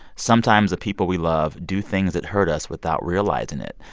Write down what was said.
sometimes, the people we love do things that hurt us without realizing it.